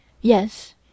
yes